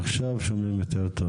עכשיו שומעים טוב יותר.